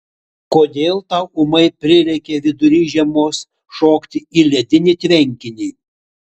kodėl tau ūmai prireikė vidury žiemos šokti į ledinį tvenkinį